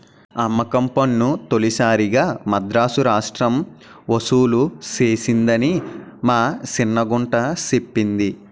అమ్మకం పన్ను తొలిసారిగా మదరాసు రాష్ట్రం ఒసూలు సేసిందని మా సిన్న గుంట సెప్పింది